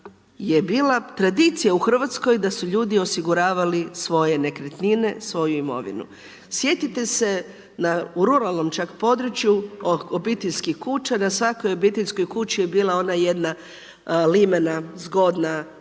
je bila tradicija u Hrvatskoj da su ljudi osiguravali svoje nekretnine, svoju imovinu. Sjetite se u ruralnom čak području od obiteljskih kuća, na svakoj obiteljskoj kući je bila ona jedna limena, zgodna